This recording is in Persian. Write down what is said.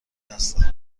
هستم